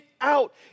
out